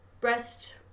Breast